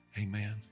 Amen